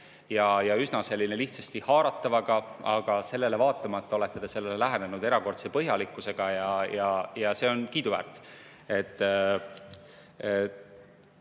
on üsna lihtsasti haaratav, aga sellele vaatamata olete te sellele lähenenud erakordse põhjalikkusega. Ja see on kiiduväärt.